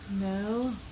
No